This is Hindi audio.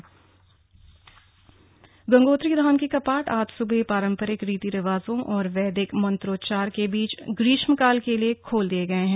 गंगोत्री धाम गंगोत्री धाम के कपाट आज सुबह पारंपरिक रीति रिवाजों और वैद्विक मंत्रोच्चार के बीच ग्रीष्मकाल के लिए खोल दिए गए हैं